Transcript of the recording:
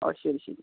ഓ ശരി ശരി